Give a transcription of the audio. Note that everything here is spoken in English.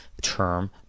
term